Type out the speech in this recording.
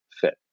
fit